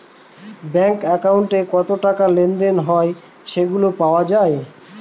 bank একাউন্টে কত টাকা লেনদেন হয় সেগুলা পাওয়া যায়